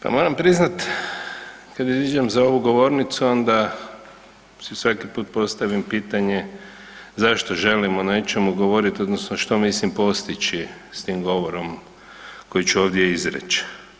Pa moram priznat kad iziđem za ovu govornicu onda si svaki put postavim pitanje zašto želim o nečemu govoriti odnosno što mislim postići s tim govorom koji ću ovdje izreć.